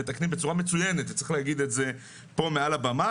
מתקנים בצורה מצוינת וצריך להגיד את זה כאן מעל הבמה.